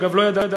אגב, לא ידעתי.